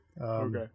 Okay